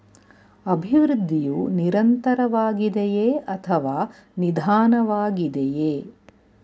ಅಭಿವೃದ್ಧಿಯು ನಿರಂತರವಾಗಿದೆಯೇ ಅಥವಾ ನಿಧಾನವಾಗಿದೆಯೇ?